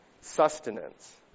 sustenance